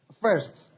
first